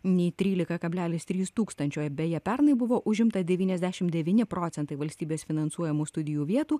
nei trylika kablelis trys tūkstančio beje pernai buvo užimta devyniasdešim devyni procentai valstybės finansuojamų studijų vietų